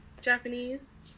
Japanese